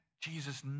Jesus